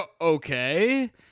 Okay